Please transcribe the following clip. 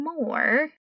more